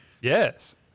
Yes